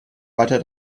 weiter